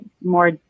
more